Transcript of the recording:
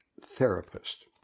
therapist